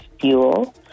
fuel